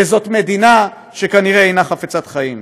וזאת מדינה שכנראה אינה חפצת חיים.